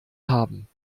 haben